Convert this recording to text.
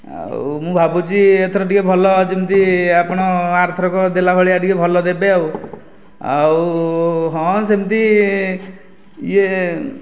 ଆଉ ମୁଁ ଭାବୁଛି ଏଥର ଟିକିଏ ଭଲ ଯେମିତି ଆପଣ ଆରଥରକ ଦେଲା ଭଳିଆ ଟିକିଏ ଭଲ ଦେବେ ଆଉ ଆଉ ହଁ ସେମିତି ଇଏ